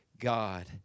God